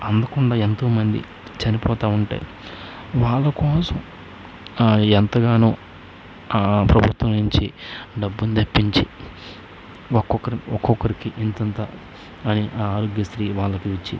అందకుండా ఎంతో మంది చనిపోతూ ఉంటే వాళ్ళ కోసం ఎంతగానో ఆ ప్రభుత్వం నుంచి డబ్బును తెప్పించి ఒక్కొక్కరికి ఒక్కొక్కరికి ఇంతింత అని ఆరోగ్యశ్రీ వాళ్ళకు ఇచ్చి